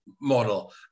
model